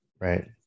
Right